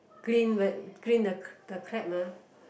clean clean the the crab mah